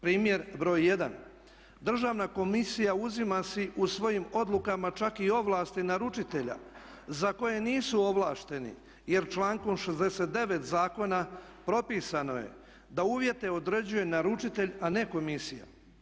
Primjer broj jedan, Državna komisija uzima si u svojim odlukama čak i ovlasti naručitelja za koje nisu ovlašteni jer člankom 69.zakona propisano je da uvijete određuje naručitelj a ne komisija.